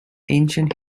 ancient